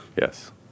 Yes